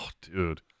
dude